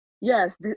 Yes